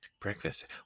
breakfast